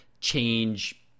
change